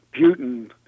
Putin